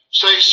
say